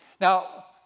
Now